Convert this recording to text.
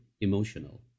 emotional